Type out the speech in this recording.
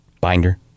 binder